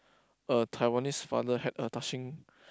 a Taiwanese father had a touching